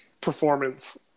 performance